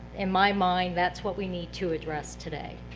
in my mind, that's what we need to address today,